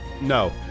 No